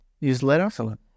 newsletter